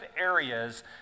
areas